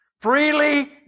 Freely